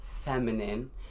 feminine